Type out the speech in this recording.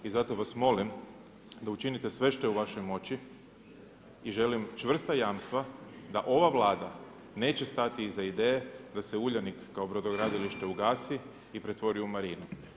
I zato vas molim da učinite sve što je u vašoj moći i želim čvrsta jamstva da ova Vlada neće stati iza ideje da se Uljanik kao brodogradilište ugasi i pretvori u Marinu.